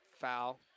foul